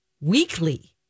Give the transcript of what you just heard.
weekly